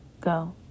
Go